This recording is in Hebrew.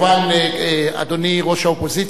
אדוני ראש האופוזיציה,